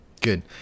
Good